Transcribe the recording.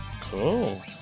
cool